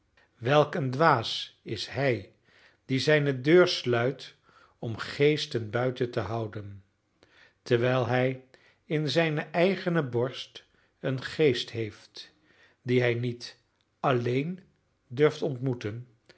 een dwaas is hij die zijne deur sluit om geesten buiten te houden terwijl hij in zijne eigene borst een geest heeft dien hij niet alleen durft